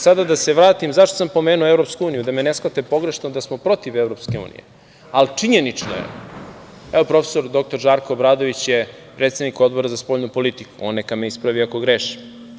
Sada da se vratim, zašto sam pomenuo EU, da me ne shvate pogrešno da smo protiv EU ali činjenično je, evo, profesor dr Žarko Obradović je predsednik Odbora za spoljnu politiku, on neka me ispravi ako grešim.